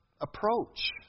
approach